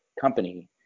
company